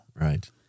Right